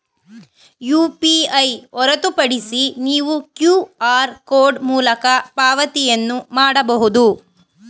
UPI ಹೊರತುಪಡಿಸಿ ನೀವು QR code ಮೂಲಕ ಪಾವತಿಯನ್ನು ಮಾಡಬಹುದು